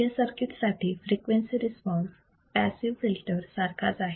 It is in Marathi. या सर्किट साठी फ्रिक्वेन्सी रिस्पॉन्स पॅसिव फिल्टर सारखाच आहे